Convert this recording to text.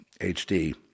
HD